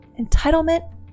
Entitlement